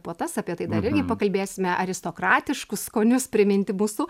puotas apie tai dar irgi pakalbėsime aristokratiškus skonius priminti mūsų